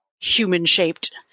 human-shaped